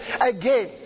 again